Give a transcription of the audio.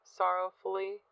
sorrowfully